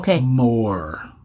more